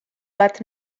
bat